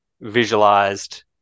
visualized